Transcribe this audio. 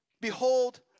Behold